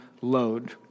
load